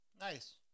Nice